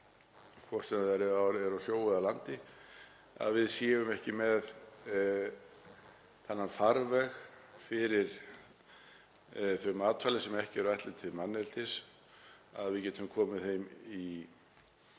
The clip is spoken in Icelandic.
hvort sem er á sjó eða landi, að við séum ekki með þennan farveg fyrir þau matvæli sem ekki eru ætluð til manneldis að við getum komið þeim í